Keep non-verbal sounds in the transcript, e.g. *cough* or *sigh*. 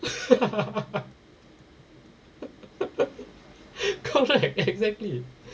*laughs* correct exactly